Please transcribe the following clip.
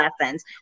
lessons